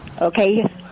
Okay